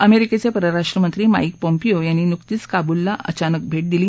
अमेरिकीचे परराष्ट्र मंत्री Mike Pompeo यांनी नुकतीच काबूलला अचानक भेक्टिदली